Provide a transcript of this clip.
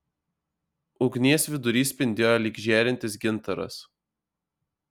ugnies vidurys spindėjo lyg žėrintis gintaras